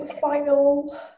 final